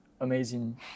amazing